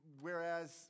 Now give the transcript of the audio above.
whereas